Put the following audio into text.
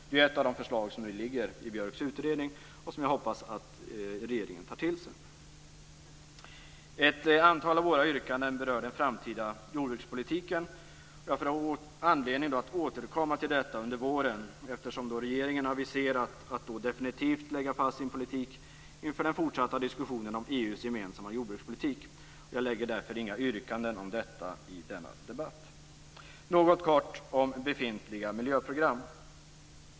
Det är ett av de förslag som finns i Björks utredning och som jag hoppas att regeringen tar till sig. Ett antal av våra yrkanden berör den framtida jordbrukspolitiken. Jag får anledning att återkomma till detta under våren, eftersom regeringen har aviserat att man då kommer att lägga fast sin politik definitivt inför den fortsatta diskussionen om EU:s gemensamma jordbrukspolitik. Jag gör därför inga yrkanden om detta i denna debatt. Jag vill kort säga något om befintliga miljöprogram.